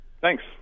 Thanks